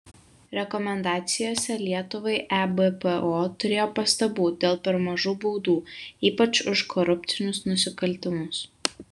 rekomendacijose lietuvai ebpo turėjo pastabų dėl per mažų baudų ypač už korupcinius nusikaltimus